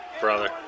brother